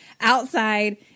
outside